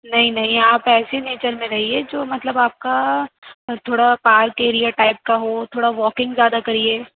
نہیں نہیں آپ ایسے نیچر میں رہیے جو مطلب آپ کا تھوڑا پارک ایریا ٹائپ کا ہو تھوڑا واکنگ زیادہ کریے